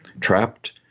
trapped